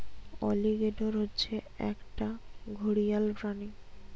alligator হচ্ছে একটা ঘড়িয়াল প্রাণী